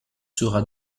sera